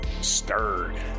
stirred